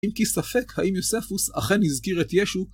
אם כי ספק, האם יוספוס אכן הזכיר את ישו